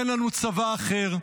אין לנו צבא אחר,